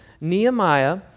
Nehemiah